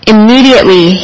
Immediately